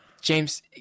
James